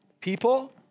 people